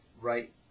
right